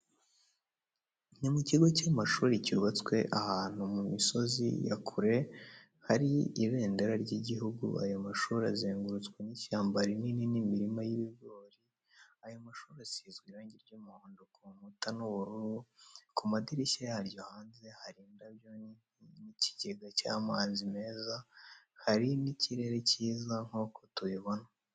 Ni mukigo cy'amashuri cyubatswe ahantu mu misozi yakure hari ibendera ry'igihugu ayo mashuri azengurutswe n'ishyamba rinini n'imirima y'ibigori ayo mashuri asizwe irange ry'umuhondo ku nkuta n'ubururu kumadirishya yaryo hanze hari indabyo n'ikigenga cy'amazi meza hari n'ikirere kiza nkuko tubibona.